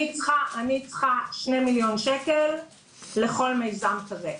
אני צריכה שני מיליון שקל לכל מיזם כזה.